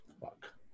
Fuck